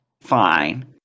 fine